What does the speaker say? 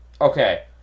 Okay